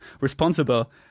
responsible